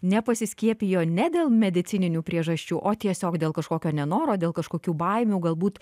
nepasiskiepijo ne dėl medicininių priežasčių o tiesiog dėl kažkokio nenoro dėl kažkokių baimių galbūt